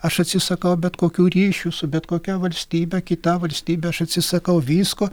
aš atsisakau bet kokių ryšių su bet kokia valstybe kita valstybe aš atsisakau visko